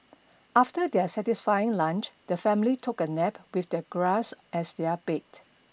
after their satisfying lunch the family took a nap with the grass as their bed